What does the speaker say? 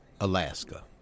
Alaska